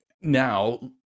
now